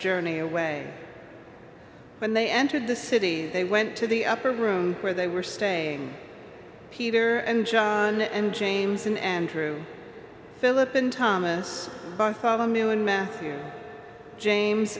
journey away when they entered the city they went to the upper room where they were staying peter and john and james and andrew philip and thomas bartholomew and matthew james